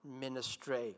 ministry